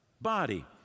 body